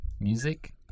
Music